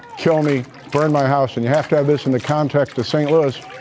kill me, burn my house and have to have this in the context of st. louis,